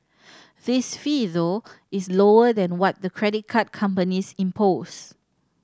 this fee though is lower than what the credit card companies impose